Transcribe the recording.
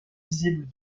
visible